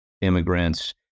immigrants